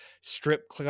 strip